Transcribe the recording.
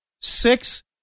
six